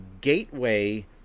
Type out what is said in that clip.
gateway